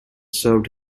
served